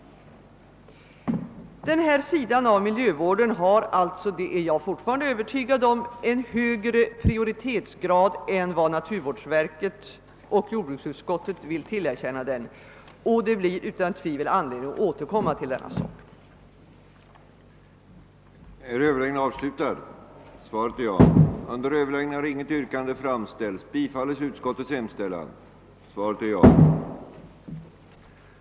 Denna sida av miljövården har — det är jag fortfarande övertygad om — en högre prioritetsgrad än vad naturvårdsverket och jordbruksutskottet vill tillerkänna den, och det blir utan tvivel anledning att återkomma till detta ämne. a. godkänna de riktlinjer för dimensionering av grundläggande utbildning inom vissa laborativa ämnesområden som förordats i statsrådsprotokollet,